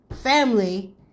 family